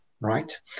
right